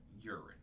urine